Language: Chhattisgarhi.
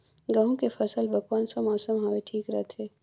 गहूं के फसल बर कौन सा मौसम हवे ठीक रथे?